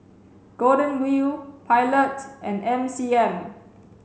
Golden Wheel Pilot and M C M